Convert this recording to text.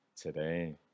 today